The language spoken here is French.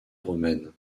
romaine